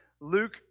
Luke